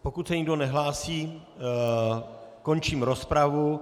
Pokud se nikdo nehlásí, končím rozpravu.